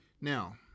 Now